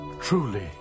Truly